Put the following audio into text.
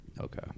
okay